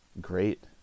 great